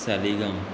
Saligao